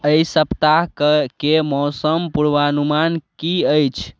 एहि सप्ताहके मौसम पूर्वानुमान की अछि